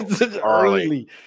Early